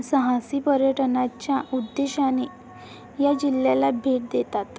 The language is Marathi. साहसी पर्यटनाच्या उद्देशाने या जिल्ह्याला भेट देतात